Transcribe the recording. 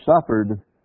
suffered